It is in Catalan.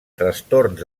trastorns